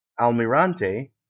Almirante